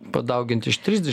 padaugint iš trisdešimt